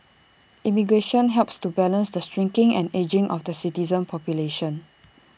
immigration helps to balance the shrinking and ageing of the citizen population